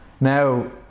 Now